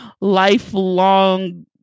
lifelong